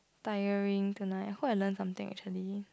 tiring tonight hope I learn something actually